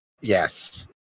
Yes